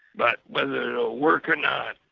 but whether it'll work or not,